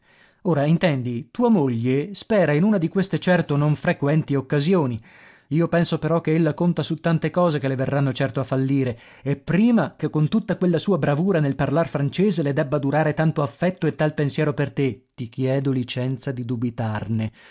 ora intendi tua moglie spera in una di queste certo non frequenti occasioni io penso però che ella conta su tante cose che le verranno certo a fallire e prima che con tutta quella sua bravura nel parlar francese le debba durare tanto affetto e tal pensiero per te